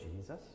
Jesus